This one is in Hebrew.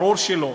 ברור שלא.